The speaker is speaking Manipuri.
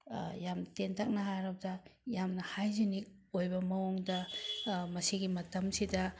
ꯌꯥꯝ ꯇꯦꯟꯇꯛꯅ ꯍꯥꯏꯔꯕꯗ ꯌꯥꯝꯅ ꯍꯥꯏꯖꯤꯅꯤꯛ ꯑꯣꯏꯕ ꯃꯑꯣꯡꯗ ꯃꯁꯤꯒꯤ ꯃꯇꯝꯁꯤꯗ